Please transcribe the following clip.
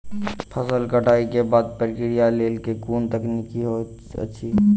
फसल कटाई केँ बादक प्रक्रिया लेल केँ कुन तकनीकी होइत अछि?